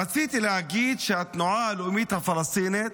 רציתי להגיד שהתנועה הלאומית הפלסטינית,